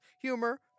humor